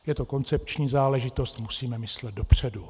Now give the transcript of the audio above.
Je to koncepční záležitost, musíme myslet dopředu.